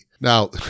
Now